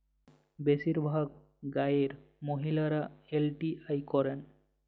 বেশিরভাগ গাঁয়ের মহিলারা এল.টি.আই করেন